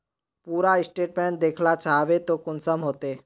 पूरा स्टेटमेंट देखला चाहबे तो कुंसम होते?